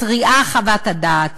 מתריעה חוות הדעת